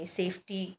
safety